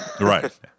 right